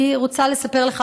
אני רוצה לספר לך,